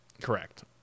Correct